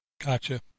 Gotcha